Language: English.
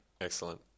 Excellent